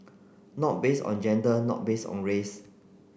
not based on gender not based on race